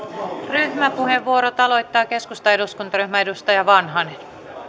ryhmäpuheenvuorot aloittaa keskustan eduskuntaryhmä edustaja vanhanen